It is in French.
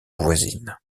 voisine